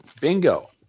Bingo